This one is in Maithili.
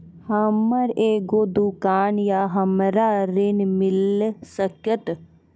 हमर एगो दुकान या हमरा ऋण मिल सकत?